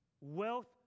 wealth